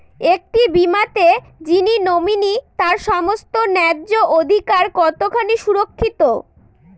একটি বীমাতে যিনি নমিনি তার সমস্ত ন্যায্য অধিকার কতখানি সুরক্ষিত?